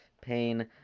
Pain